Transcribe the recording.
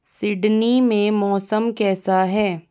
Sydney में मौसम कैसा है